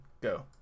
go